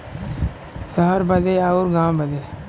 सहर बदे अउर गाँव बदे